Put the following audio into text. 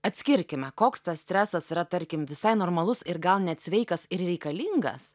atskirkime koks tas stresas yra tarkim visai normalus ir gal net sveikas ir reikalingas